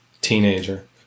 teenager